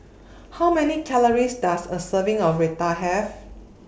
How Many Calories Does A Serving of Raita Have